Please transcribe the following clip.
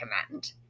recommend